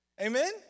Amen